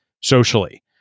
socially